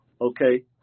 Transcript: okay